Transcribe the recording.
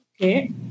Okay